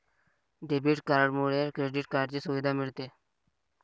debit कार्डमुळे credit कार्डची सुविधा मिळते